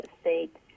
state